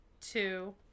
two